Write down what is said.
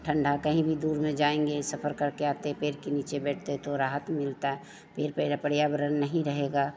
ठण्डा कहीं भी दूर में जाएँगे सफ़र करके आते हैं पेड़ के नीचे बैठते हैं तो राहत मिलती पेड़ पर पर्यावरण नहीं रहेगा